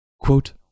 Quote